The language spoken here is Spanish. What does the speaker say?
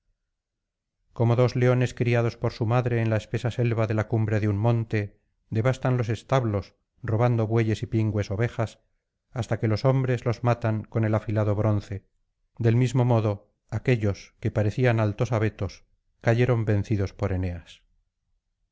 como dos leones criados por su madre en la espesa selva de la cumbre de un monte devastan los establos robando bueyes y pingües ovejas hasta que los hombres los matan con el afilado bronce del mismo modo aquéllos que parecían altos abetos cayeron vencidos por eneas